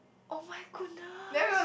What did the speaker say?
oh-my-goodness